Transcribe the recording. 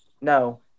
No